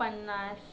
पन्नास